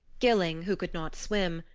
gilling, who could not swim,